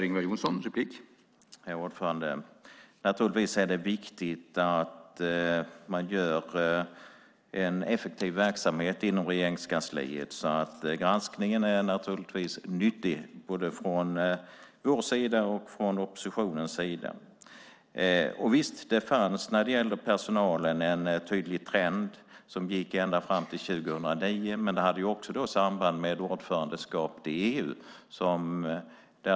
Herr talman! Naturligtvis är det viktigt att ha en effektiv verksamhet inom Regeringskansliet. Granskningen är förstås nyttig både från vår sida och från oppositionens sida. Visst, det fanns när det gällde personalen en tydlig trend som gick ända fram till 2009, men det hade också samband med ordförandeskapet i EU.